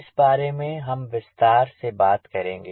इस बारे में अब हम विस्तार से बातें करेंगे